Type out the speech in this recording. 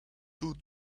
two